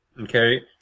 Okay